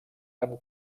amb